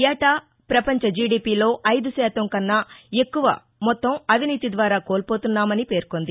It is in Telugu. ఏటా పపంచ జీడీపీలో ఐదు శాతం కన్నా ఎక్కువ మొత్తం అవినీతి ద్వారా కోల్పోతున్నామని పేర్కొంది